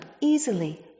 easily